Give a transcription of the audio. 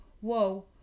whoa